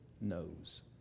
knows